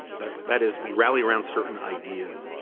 that that is we rally around certain ideas.